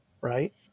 right